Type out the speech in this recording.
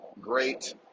great